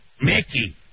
Mickey